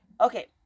okay